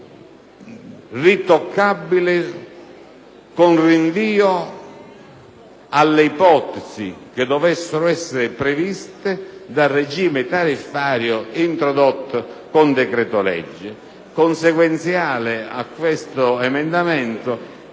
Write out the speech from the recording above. ritoccabile con rinvio alle ipotesi che dovessero essere previste dal regime tariffario introdotto con decreto